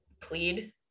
plead